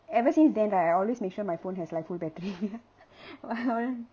ever since then right I always make sure my phone has like full battery